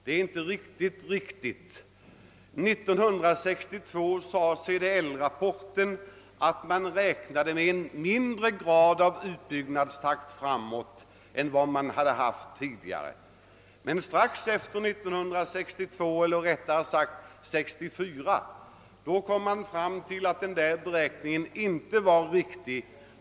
Det är inte riktigt rätt. År 1962 sade CDL-rapporten att man räknade med en mindre grad av utbyggnadstakt framöver än vad man hade haft tidigare. År 1964 kom man fram till att dessa beräkningar inte var riktiga.